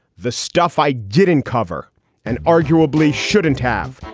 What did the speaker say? the stuff i didn't cover and arguably shouldn't have.